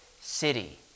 city